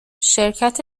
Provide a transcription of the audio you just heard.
شرکت